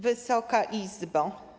Wysoka Izbo!